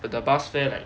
but the bus fare like